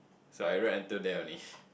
so I write until there only